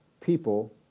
people